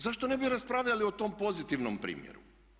Zašto ne bi raspravljali o tom pozitivnom primjeru?